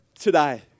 today